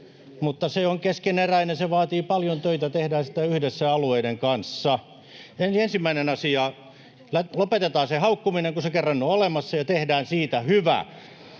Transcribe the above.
mutta se on keskeneräinen, se vaatii paljon töitä. Tehdään sitä yhdessä alueiden kanssa. Ensimmäinen asia: lopetetaan se haukkuminen, kun se kerran on olemassa, ja tehdään siitä hyvä.